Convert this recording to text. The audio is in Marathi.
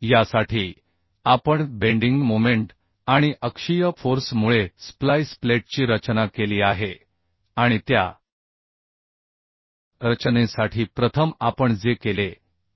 तर यासाठी आपण बेंडिंग मोमेंट आणि अक्षीय फोर्स मुळे स्प्लाइस प्लेटची रचना केली आहे आणि त्या रचनेसाठी प्रथम आपण जे केले